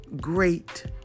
great